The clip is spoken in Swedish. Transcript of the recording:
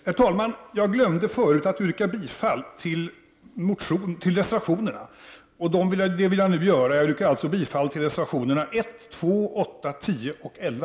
Herr talman! Jag glömde förut att yrka bifall till reservationerna, och det vill jag göra nu. Jag yrkar alltså bifall till reservationerna 1, 2, 8, 10 och 11.